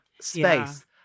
space